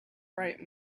bright